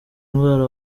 ndwara